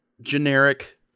generic